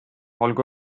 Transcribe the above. olgu